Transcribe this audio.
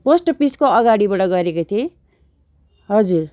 post अफिसको अगाडिबाट गरेको थिएँ हजुर